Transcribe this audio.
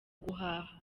guhaha